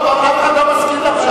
טוב, אבל אף אחד לא מסכים לפשרה.